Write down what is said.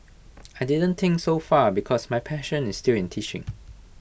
I didn't think so far because my passion is still in teaching